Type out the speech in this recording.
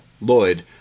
Lloyd